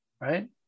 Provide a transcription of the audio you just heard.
right